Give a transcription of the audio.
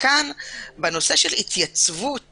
בנושא של התייצבות